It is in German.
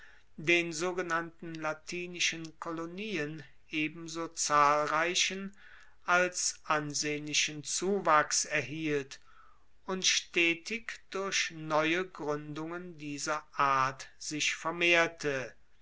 den sogenannten latinischen kolonien ebenso zahlreichen als ansehnlichen zuwachs erhielt und stetig durch neue gruendungen dieser art sich vermehrte